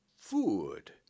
Food